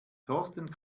thorsten